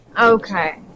Okay